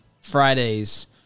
Friday's